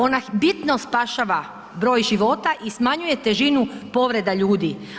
Ona bitno spašava broj života i smanjuje težinu povreda ljudi.